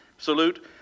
Salute